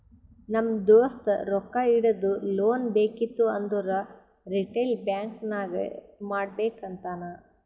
ನಮ್ ದೋಸ್ತ ರೊಕ್ಕಾ ಇಡದು, ಲೋನ್ ಬೇಕಿತ್ತು ಅಂದುರ್ ರಿಟೇಲ್ ಬ್ಯಾಂಕ್ ನಾಗೆ ಮಾಡ್ಬೇಕ್ ಅಂತಾನ್